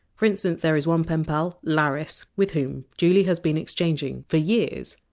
for instance there is one penpal, laris, with whom julie has been exchanging, for years,